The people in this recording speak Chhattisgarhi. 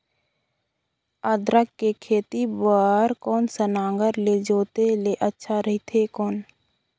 अदरक के खेती बार कोन सा नागर ले जोते ले अच्छा रथे कौन?